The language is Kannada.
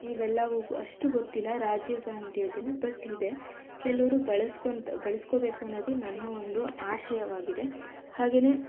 ಇವೆಲ್ಲವೂ ಅಷ್ಟು ಗೊತ್ತಿಲ್ಲ ರಾಜೀವ್ ಗಾಂಧಿ ಯೋಜನೆ ಬಟ್ ಇದೆ ಕೆಲವರು ಬಳಸ್ಕೊಳ್ತಾ ಬಳಸ್ಕೊಳ್ಬೇಕು ಅನ್ನೋದು ನನ್ನ ಒಂದು ಆಶಯವಾಗಿದೆ ಹಾಗೆಯೇ